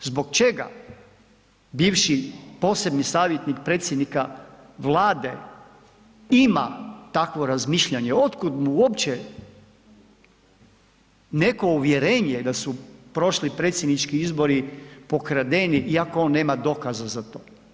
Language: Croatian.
Zbog čega bivši posebni savjetnik predsjednika Vlade ima takvo razmišljanje, otkud mu uopće neko uvjerenje da su prošli predsjednički izbori pokradeni iako on nema dokaza za to.